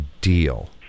deal